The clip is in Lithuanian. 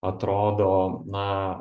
atrodo na